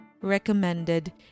recommended